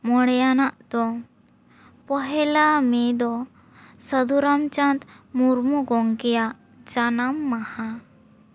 ᱢᱚᱬᱮᱭᱟᱱᱟᱜ ᱫᱚ ᱯᱚᱦᱮᱞᱟ ᱢᱮ ᱫᱚ ᱥᱟᱹᱫᱷᱩ ᱨᱟᱢᱪᱟᱸᱫᱽ ᱢᱩᱨᱢᱩ ᱜᱚᱢᱠᱮᱭᱟᱜ ᱡᱟᱱᱟᱢ ᱢᱟᱦᱟ